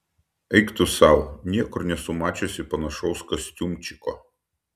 eik tu sau niekur nesu mačiusi panašaus kostiumčiko